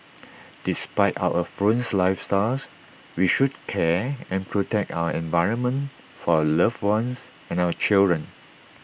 despite our affluent lifestyles we should care and protect our environment for our loved ones and our children